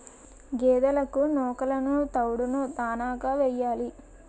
గేదెలకు నూకలును తవుడును దాణాగా యియ్యాలి